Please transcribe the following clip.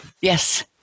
Yes